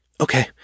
Okay